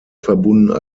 verbunden